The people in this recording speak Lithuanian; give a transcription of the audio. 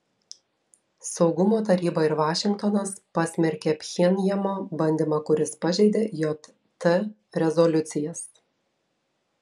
saugumo taryba ir vašingtonas pasmerkė pchenjano bandymą kuris pažeidė jt rezoliucijas